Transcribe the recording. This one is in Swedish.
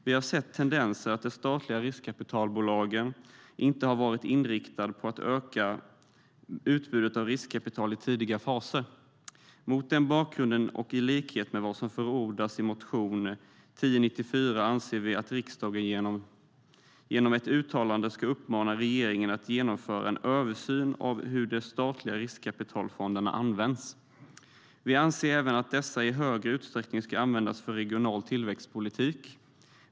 Vi har sett tendensen att de statliga riskkapitalbolagen inte har varit inriktade på att öka utbudet av riskkapital i tidiga faser. Mot den bakgrunden och i likhet med vad som förordas i motion 1094 anser vi att riksdagen genom ett uttalande ska uppmana regeringen att genomföra en översyn av hur de statliga riskkapitalfonderna används. Vi anser även att dessa i större utsträckning ska användas för regional tillväxtpolitik.